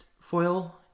foil